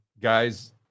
Guys